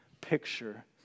picture